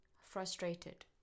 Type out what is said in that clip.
Frustrated